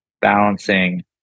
balancing